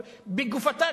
בגופתה,